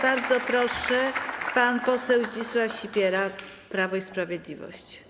Bardzo proszę, pan poseł Zdzisław Sipiera, Prawo i Sprawiedliwość.